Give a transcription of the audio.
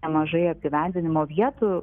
nemažai apgyvendinimo vietų